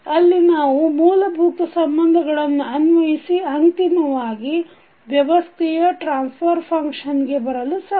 ಅಲ್ಲಿ ನಾವು ಮೂಲಭೂತ ಸಂಬಂಧಗಳನ್ನು ಅನ್ವಯಿಸಿ ಅಂತಿಮವಾಗಿ ವ್ಯವಸ್ಥೆಯ ಟ್ರಾನ್ಸಫರ್ ಫಂಕ್ಷನ್ ಗೆ ಬರಲು ಸಾಧ್ಯ